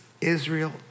Israel